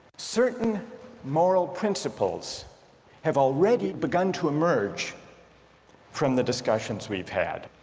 certain moral principles have already begun to emerge from the discussions we've had